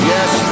Yes